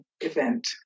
event